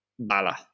Bala